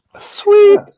Sweet